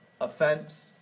offense